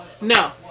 No